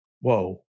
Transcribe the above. Whoa